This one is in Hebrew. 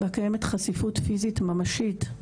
בה קיימת חשיפות פיזית ממשית,